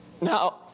Now